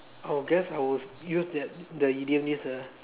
I will guess I will use that the idiom is a